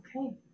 Okay